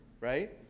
right